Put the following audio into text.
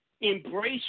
embrace